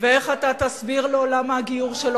הוא יתחתן והוא יקים בית בישראל.